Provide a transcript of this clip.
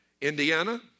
Indiana